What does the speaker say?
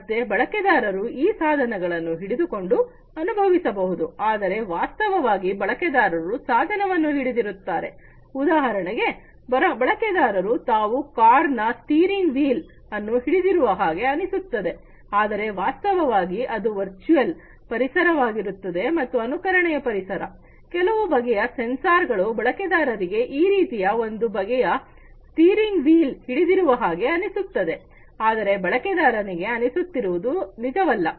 ಮತ್ತೆ ಬಳಕೆದಾರರು ಈ ಸಾಧನಗಳನ್ನು ಹಿಡಿದುಕೊಂಡು ಅನುಭವಿಸಬಹುದು ಆದರೆ ವಾಸ್ತವವಾಗಿ ಬಳಕೆದಾರರು ಸಾಧನವನ್ನು ಹಿಡಿದಿರುತ್ತಾರೆ ಉದಾಹರಣೆಗೆ ಬಳಕೆದಾರರು ತಾವು ಕಾರ್ ನ ಸ್ಟಿಯರಿಂಗ್ ವೀಲ್ ಅನ್ನು ಹಿಡಿದಿರುವ ಹಾಗೆ ಅನಿಸುತ್ತದೆ ಆದರೆ ವಾಸ್ತವವಾಗಿ ಅದು ವರ್ಚುಯಲ್ ಪರಿಸರ ವಾಗಿರುತ್ತದೆ ಮತ್ತು ಅನುಕರಣೆಯ ಪರಿಸರ ಕೆಲವು ಬಗೆಯ ಸೆನ್ಸಾರ್ಗಳು ಬಳಕೆದಾರರಿಗೆ ಈ ರೀತಿ ಒಂದು ಬಗೆಯ ಸ್ಟಿಯರಿಂಗ್ ವೀಲ್ ಹಿಡಿದಿರುವ ಹಾಗೆ ಅನಿಸುತ್ತದೆ ಆದರೆ ಬಳಕೆದಾರನಿಗೆ ಅನಿಸುತ್ತಿರುವುದು ನಿಜವಲ್ಲ